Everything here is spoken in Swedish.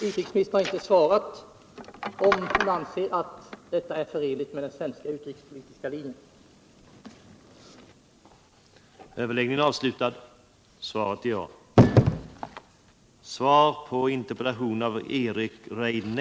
Utrikesministern har inte svarat på om hon anser att detta är förenligt med den svenska utrikespolitiska handlingslinjen.